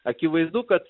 akivaizdu kad